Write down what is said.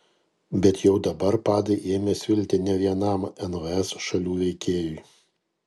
bet jau dabar padai ėmė svilti ne vienam nvs šalių veikėjui